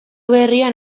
berrian